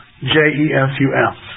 J-E-S-U-S